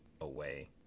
away